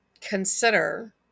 consider